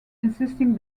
insisting